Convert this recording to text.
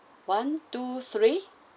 one two three